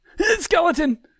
Skeleton